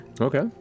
Okay